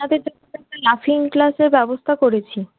তাদের জন্য তো একটা লাফিং ক্লাসের ব্যবস্থা করেছি